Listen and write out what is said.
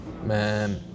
Man